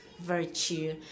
Virtue